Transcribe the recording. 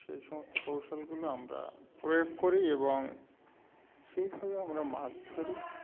সেই সমস্ত কৌশলগুলো আমরা প্রয়োগ করি এবং সেইভাবে আমরা মাছ ধরি